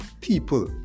people